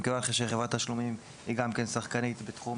חברת תשלומים היא גם כן שחקנית בתחום